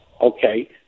okay